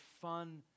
fun